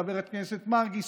לחברי הכנסת מרגי,